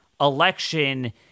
election